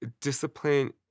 discipline